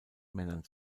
männern